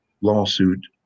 lawsuit